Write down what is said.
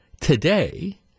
today